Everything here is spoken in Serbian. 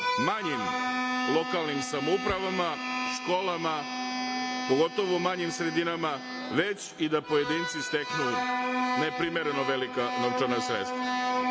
manjim lokalnim samoupravama, školama, pogotovo u manjim sredinama, već i da pojedinci steknu neprimereno velika novčana sredstva. Što